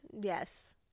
Yes